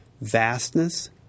vastness